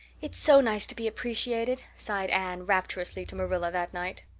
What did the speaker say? it's so nice to be appreciated, sighed anne rapturously to marilla that night.